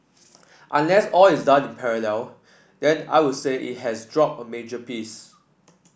unless all is done in parallel then I will say it has dropped a major piece